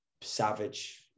savage